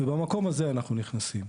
ובמקום הזה אנחנו נכנסים.